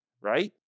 Right